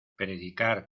predicar